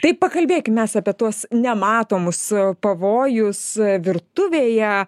tai pakalbėkim mes apie tuos nematomus pavojus virtuvėje